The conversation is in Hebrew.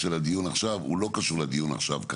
של הדיון עכשיו - לא קשור לדיון עכשיו.